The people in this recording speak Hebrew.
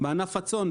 בענף הצאן,